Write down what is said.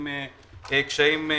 אם קשיים כלכליים.